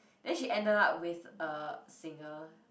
then she ended up with a singer